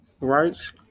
rights